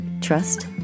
trust